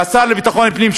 והשר לביטחון פנים,